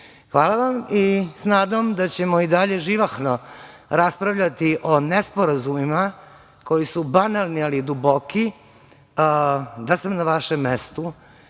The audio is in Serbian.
vam, sa nadom da ćemo i dalje živahno raspravljati o nesporazumima koji su banalni, ali duboki. Da sam na vašem mestu